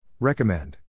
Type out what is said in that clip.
Recommend